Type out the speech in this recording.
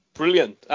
Brilliant